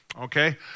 Okay